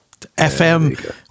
FM